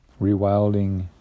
rewilding